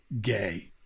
gay